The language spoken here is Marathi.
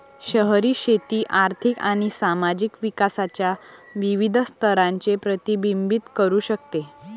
शहरी शेती आर्थिक आणि सामाजिक विकासाच्या विविध स्तरांचे प्रतिबिंबित करू शकते